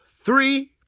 three